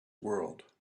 world